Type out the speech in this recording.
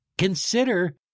Consider